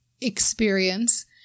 experience